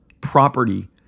property